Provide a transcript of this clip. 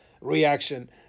reaction